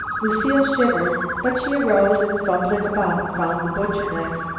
lucile shivered, but she arose and, fumbling about, found the butcher knife.